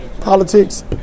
politics